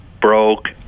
broke